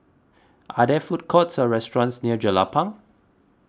are there food courts or restaurants near Jelapang